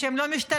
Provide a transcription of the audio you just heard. שהם לא משתלמים,